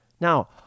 Now